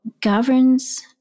governs